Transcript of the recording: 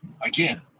again